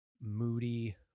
moody